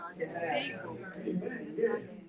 Amen